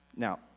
Now